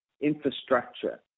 infrastructure